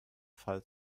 fall